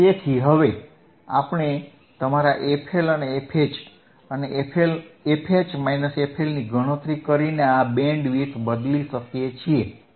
તેથી હવે આપણે તમારા fL અને fH અને fH fL ની ગણતરી કરીને આ બેન્ડવિડ્થ બદલી શકીએ છીએ